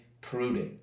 prudent